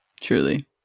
Truly